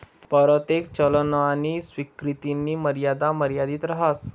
परतेक चलननी स्वीकृतीनी मर्यादा मर्यादित रहास